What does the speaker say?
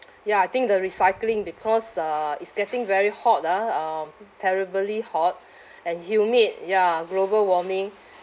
ya I think the recycling because uh it's getting very hot ah um terribly hot and humid ya global warming